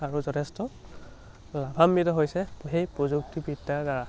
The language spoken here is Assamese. আৰু যথেষ্ট লাভাম্বিত হৈছে সেই প্ৰযুক্তিবিদ্যাৰ দ্বাৰা